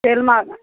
तेल महगा